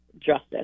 justice